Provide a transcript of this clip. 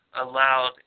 allowed